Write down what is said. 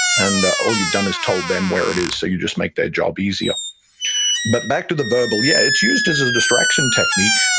and all you've done is told them where it is, so you just make their job easier but back to the verbal, yeah, it's used as a distraction technique.